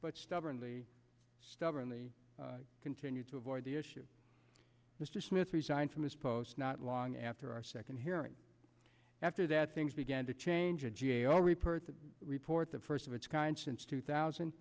but stubbornly stubbornly continued to avoid the issue mr smith resigned from his post not long after our second hearing after that things began to change a g a o report the report the first of its kind since two thousand